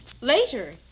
Later